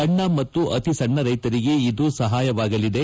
ಸಣ್ಣ ಮತ್ತು ಅತಿಸಣ್ಣ ರೈತರಿಗೆ ಇದು ಸಹಾಯವಾಗಲಿದೆ